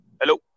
hello